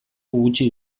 gutxi